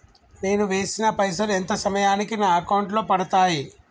నేను వేసిన పైసలు ఎంత సమయానికి నా అకౌంట్ లో పడతాయి?